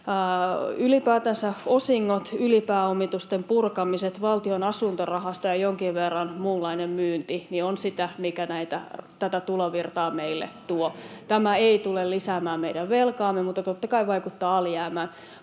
Ylipäätänsä osingot, ylipääomitusten purkamiset, Valtion asuntorahasto ja jonkin verran muunlainen myynti on sitä, mikä tätä tulovirtaa meille tuo. Tämä ei tule lisäämään meidän velkaamme, mutta totta kai vaikuttaa alijäämään.